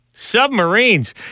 Submarines